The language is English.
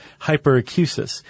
hyperacusis